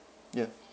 ya